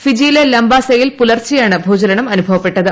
ഫിജിയിലെ ലാംബാസയിൽ പൂൽച്ചെയാണ് ഭൂചലനം അനുഭവപ്പെട്ടത്